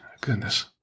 Goodness